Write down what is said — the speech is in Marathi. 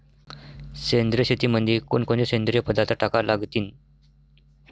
सेंद्रिय शेतीमंदी कोनकोनचे सेंद्रिय पदार्थ टाका लागतीन?